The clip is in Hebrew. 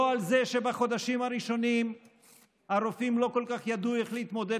לא על זה שבחודשים הראשונים הרופאים לא כל כך ידעו איך להתמודד